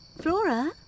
Flora